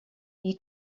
you